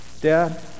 Dad